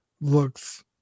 looks